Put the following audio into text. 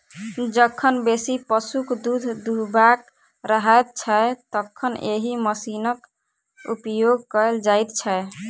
जखन बेसी पशुक दूध दूहबाक रहैत छै, तखन एहि मशीनक उपयोग कयल जाइत छै